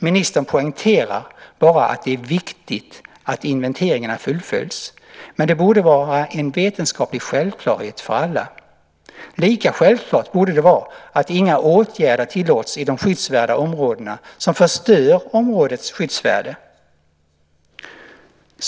Ministern poängterar bara att det är viktigt att inventeringarna fullföljs. Men det borde vara en vetenskaplig självklarhet för alla. Lika självklart borde det vara att inga åtgärder tillåts i de skyddsvärda områdena som förstör områdets skyddsvärde.